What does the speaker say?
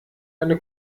eine